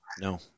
No